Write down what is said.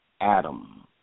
Adam